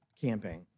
camping